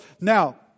now